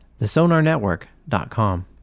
thesonarnetwork.com